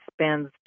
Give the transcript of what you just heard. spends